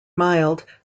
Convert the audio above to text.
mild